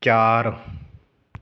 ਚਾਰ